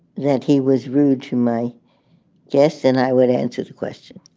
that he was rude to my guests and i would answer the question.